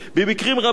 במקרים רבים,